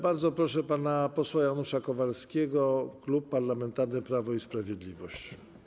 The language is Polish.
Bardzo proszę pana posła Janusza Kowalskiego, Klub Parlamentarny Prawo i Sprawiedliwość.